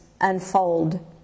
unfold